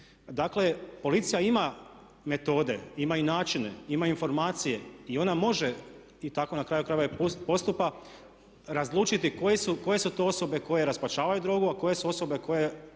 Dakle, policija ima metode, ima i načine, ima informacije i ona može, i tako na kraju krajeva i postupa, razlučiti koje su to osobe koje raspačavaju drogu, a koje su osobe koje